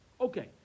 Okay